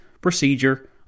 procedure